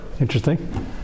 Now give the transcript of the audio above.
Interesting